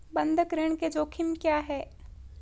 बंधक ऋण के जोखिम क्या हैं?